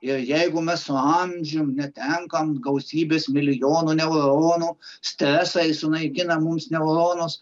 ir jeigu mes su amžium netenkam gausybės milijonų neuronų stresai sunaikina mums neuronus